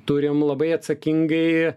turim labai atsakingai